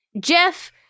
Jeff